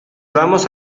vamos